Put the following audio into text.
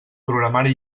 programari